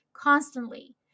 constantly